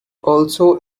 also